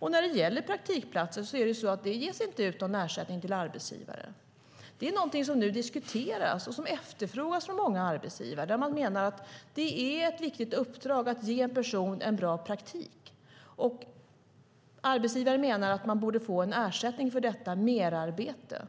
När det gäller praktikplatser ges ingen ersättning till arbetsgivaren. Det är någonting som nu diskuteras och som efterfrågas från många arbetsgivare. Man menar att det är ett viktigt uppdrag att ge en person en bra praktik, och arbetsgivaren menar därför att man borde få en ersättning för detta merarbete.